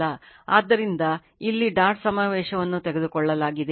ಆದ್ದರಿಂದ ಇಲ್ಲಿ ಡಾಟ್ ಸಮಾವೇಶವನ್ನು ತೆಗೆದುಕೊಳ್ಳಲಾಗಿದೆ